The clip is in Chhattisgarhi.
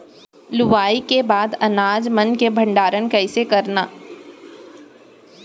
लुवाई के बाद अनाज मन के भंडारण कईसे करन?